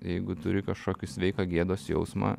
jeigu turi kažkokį sveiką gėdos jausmą